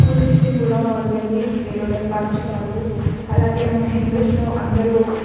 ఫుడ్స్ని కూడా వాళ్ళు వెళ్ళి వేరే వాళ్ళకు పంచుతారు అలాగే మన హిందూస్లో అందరూ